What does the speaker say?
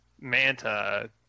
Manta